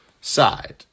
side